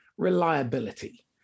Reliability